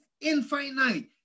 infinite